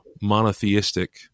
monotheistic